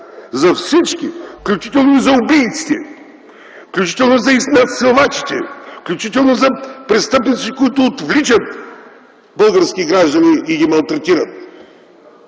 за всички, включително и за убийците, включително и за изнасилвачите, включително за престъпниците, които отвличат български граждани и ги малтретират